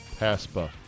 PASPA